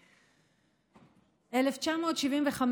1975,